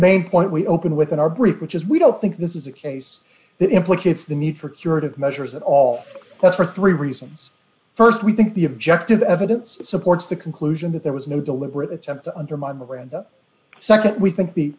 main point we open with in our brief which is we don't think this is a case that implicates the need for curative measures at all for three reasons st we think the objective evidence supports the conclusion that there was no deliberate attempt to undermine miranda nd we think the